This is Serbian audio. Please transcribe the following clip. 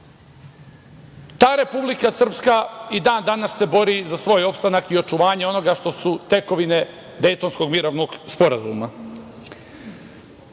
Republika Srpska i dan danas se bori za svoj opstanak i očuvanje onoga što su tekovine Dejtonskog mirovnog sporazuma. Republika